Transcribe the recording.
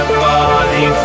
body